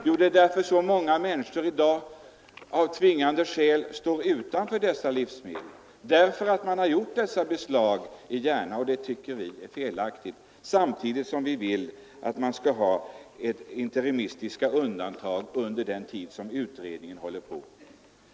Jo, därför att så många människor av tvång står utan dessa preparat på grund av de beslag som gjorts i Järna — vilket vi tycker är felaktigt. Samtidigt begär vi att utredningen skall utröna om det är möjligt att göra interimistiska undantag under den tid utredningen arbetar.